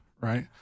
right